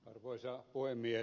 arvoisa puhemies